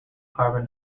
carbon